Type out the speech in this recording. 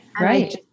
right